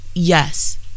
yes